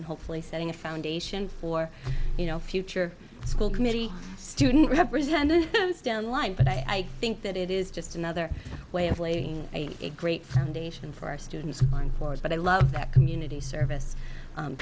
and hopefully setting a foundation for you know future school committee student representatives down line but i think that it is just another way of leaving a great foundation for our students on board but i love that community service